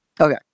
Okay